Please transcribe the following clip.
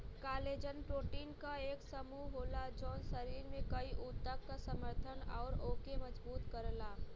collagen protein क एक समूह होला जौन शरीर में कई ऊतक क समर्थन आउर ओके मजबूत करला